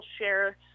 share